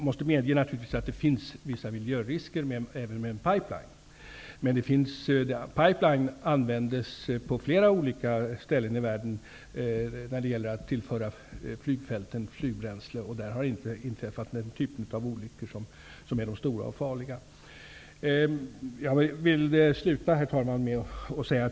Herr talman! Jag medger att det finns vissa miljörisker även med en pipeline. Men pipelines används på flera olika ställen i världen för att tillföra flygfält flygbränsle. Där har inte inträffat den typ av olyckor som är stora och farliga.